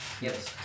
Yes